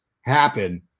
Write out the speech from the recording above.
happen